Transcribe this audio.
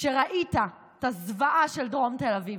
שראית את הזוועה של דרום תל אביב,